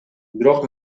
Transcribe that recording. бирок